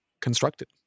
constructed